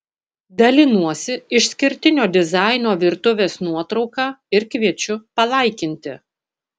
dalinuosi išskirtinio dizaino virtuvės nuotrauka ir kviečiu palaikinti